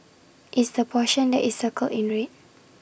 it's the portion that is circled in red